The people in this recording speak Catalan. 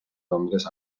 londres